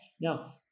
now